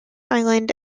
island